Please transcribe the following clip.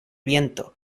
viento